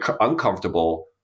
uncomfortable